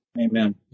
Amen